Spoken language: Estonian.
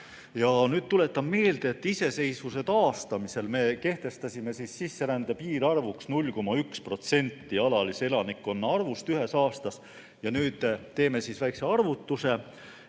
Ja nüüd ma tuletan meelde, et iseseisvuse taastamisel me kehtestasime sisserände piirarvuks 0,1% alalise elanikkonna arvust ühes aastas. Teeme väikese arvutuse: